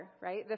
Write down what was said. right